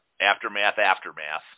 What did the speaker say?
aftermath-aftermath